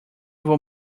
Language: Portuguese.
vou